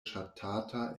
ŝatata